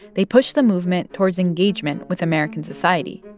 they pushed the movement towards engagement with american society.